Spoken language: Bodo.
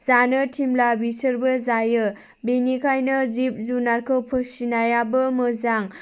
जानो थिनब्ला बिसोरबो जायो बेनिखायनो जिब जुनारखौ फिसिनायाबो मोजां